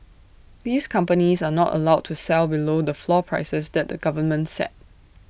these companies are not allowed to sell below the floor prices that the government set